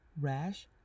rash